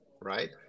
right